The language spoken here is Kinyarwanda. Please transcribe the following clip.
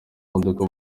modoka